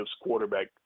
quarterback